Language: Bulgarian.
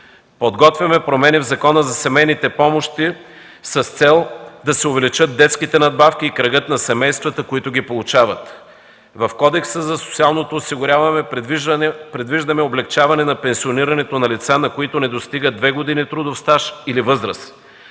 Подготвяме промени в Закона за семейните помощи с цел да се увеличат детските надбавки и кръгът на семействата, които ги получават. В Кодекса за социално осигуряване предвиждаме облекчаване на пенсионирането на лица, на които не достигат две години трудов стаж или възраст.